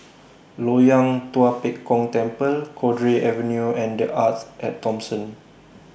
Loyang Tua Pek Kong Temple Cowdray Avenue and The Arte At Thomson